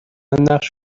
نقش